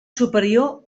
superior